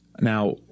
Now